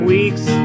Weeks